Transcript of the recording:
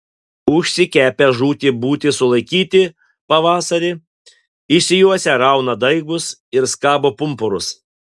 užsikepę žūti būti sulaikyti pavasarį išsijuosę rauna daigus ir skabo pumpurus